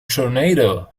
tornado